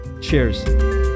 Cheers